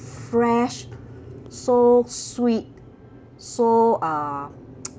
fresh so sweet so uh